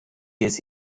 jest